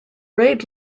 raid